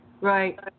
right